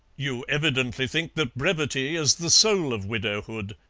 you evidently think that brevity is the soul of widowhood.